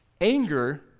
Anger